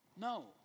No